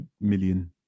million